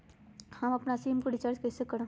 हम अपन SIM recharge कइसे करम?